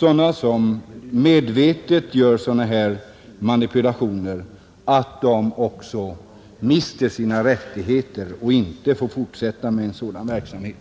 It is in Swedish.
de som medvetet gör sådana manipulationer också mister sina rättigheter och inte får fortsätta med denna verksamhet.